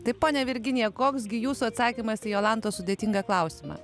tai ponia virginija koks gi jūsų atsakymas į jolantos sudėtingą klausimą